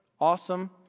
awesome